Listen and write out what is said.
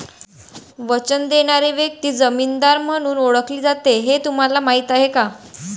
वचन देणारी व्यक्ती जामीनदार म्हणून ओळखली जाते हे तुम्हाला माहीत आहे का?